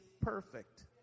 perfect